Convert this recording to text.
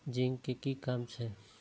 Zinc के कि काम छै?